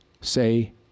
say